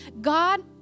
God